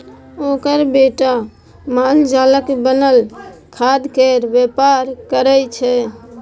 ओकर बेटा मालजालक बनल खादकेर बेपार करय छै